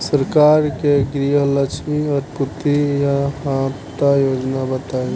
सरकार के गृहलक्ष्मी और पुत्री यहायता योजना बताईं?